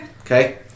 Okay